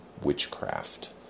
witchcraft